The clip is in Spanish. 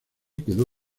quedó